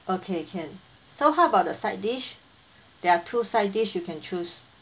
okay can so how about the side dish there are two side dish you can choose